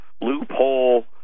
loophole